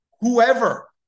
whoever